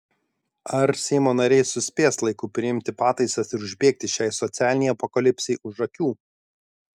ar seimo nariai suspės laiku priimti pataisas ir užbėgti šiai socialinei apokalipsei už akių